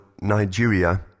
Nigeria